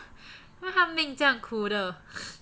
why 她命这样苦的